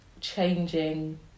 changing